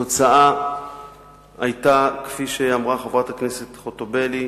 התוצאה היתה, כפי שאמרה חברת הכנסת חוטובלי,